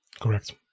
Correct